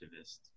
activists